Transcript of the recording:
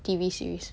T_V series